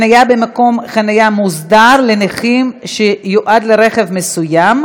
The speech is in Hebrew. (חניה במקום חניה מוסדר לנכים שיועד לרכב מסוים),